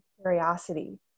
curiosity